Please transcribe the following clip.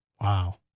Wow